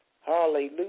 hallelujah